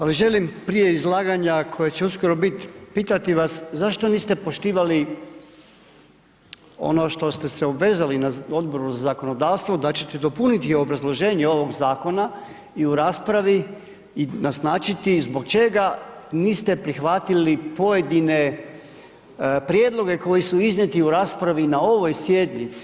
Ali želim prije izlaganja koje će uskoro biti, pitati vas, zašto niste poštivali ono što ste se obvezali na Odboru za zakonodavstvo, da ćete dopuniti obrazloženje ovog zakona i u raspravi naznačiti zbog čega niste prihvatili pojedine prijedloge koji su iznijeti u raspravi na ovoj sjednici.